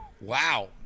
Wow